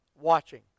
watching